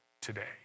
today